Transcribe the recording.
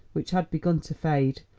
which had begun to fade,